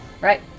right